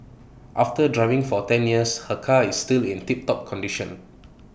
after driving for ten years her car is still in tiptop condition